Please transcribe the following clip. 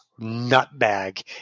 nutbag